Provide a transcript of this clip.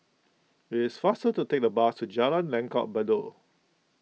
it is faster to take the bus to Jalan Langgar Bedok